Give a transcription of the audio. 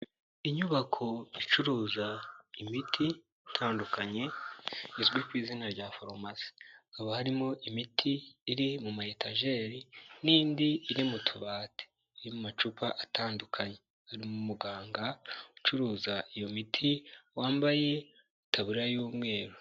Inyubako icuruza imiti itandukanye izwi ku izina rya farumasi, haba harimo imiti iri mu mayetageri n'indi iri mu tubati, iri mu macupa atandukanye, harimo umuganga ucuruza iyo miti wambaye itabura y'umweru.